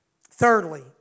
Thirdly